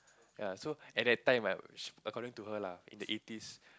ya so at that time ah according to her lah in the eighties